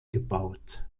gebaut